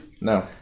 No